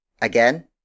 Again